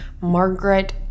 margaret